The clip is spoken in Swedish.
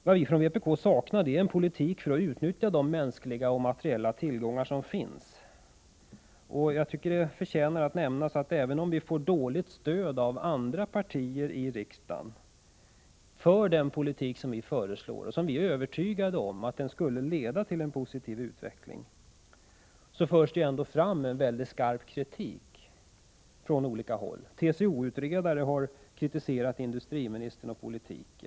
Vad vi från vpk saknar är en politik för att utnyttja de mänskliga och materiella tillgångar som finns i länet. Jag tycker att det förtjänar att nämnas att det, även om vi får dåligt stöd från andra partier för den politik som vi för och som enligt vår övertygelse skulle leda till en positiv utveckling, ändå förs fram en mycket skarp kritik från olika håll. Bl. a. har TCO-utredare kritiserat industriministerns politik.